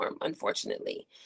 unfortunately